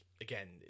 again